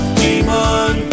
demon